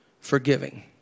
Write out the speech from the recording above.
forgiving